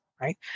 right